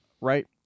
right